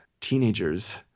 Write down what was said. teenagers